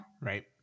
Right